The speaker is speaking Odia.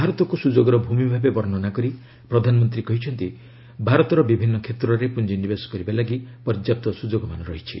ଭାରତକୁ ସୁଯୋଗର ଭୂମି ଭାବେ ବର୍ଷ୍ଣନା କରି ପ୍ରଧାନମନ୍ତ୍ରୀ କହିଛନ୍ତି ଭାରତର ବିଭିନ୍ନ କ୍ଷେତ୍ରରେ ପୁଞ୍ଜିନିବେଶ କରିବା ଲାଗି ପର୍ଯ୍ୟାପ୍ତ ସୁଯୋଗମାନ ରହିଛି